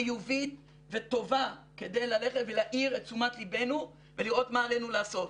חיובית וטובה כדי ללכת ולהעיר את תשומת ליבנו ולראות מה עלינו לעשות.